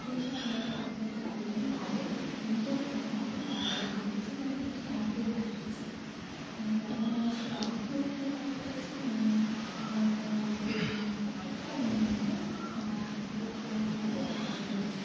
দেখুন এবার আপনারা কী করবেন ভাবুন কিন্তু আমার খুবই খারাপ লেগেছে এর জন্য আমি কিন্তু কমপ্লেন্ট করতে চাই উনি এমন আমার সাথে অভদ্র ভাষায় কথা বলেছেন এবং উনি আমার কোনো দোষ না থাকা সত্ত্বেও উনি আমাকে আমার সাথে খুব খারাপ বাজে ব্যবহার করেছেন